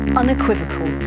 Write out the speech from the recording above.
unequivocal